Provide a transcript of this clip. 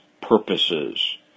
purposes